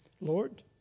Lord